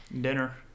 Dinner